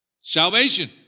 Salvation